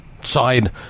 side